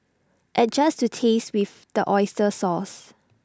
adjust to taste with the Oyster sauce